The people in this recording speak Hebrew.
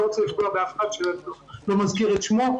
אני לא רוצה לפגוע באף אחד שאני לא מזכיר את שמו,